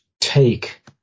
take